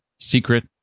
secret